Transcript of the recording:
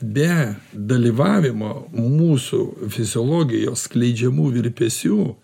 be dalyvavimo mūsų fiziologijos skleidžiamų virpesių